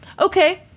Okay